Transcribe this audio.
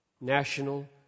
national